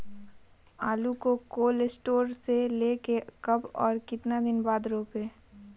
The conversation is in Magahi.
आलु को कोल शटोर से ले के कब और कितना दिन बाद रोपे?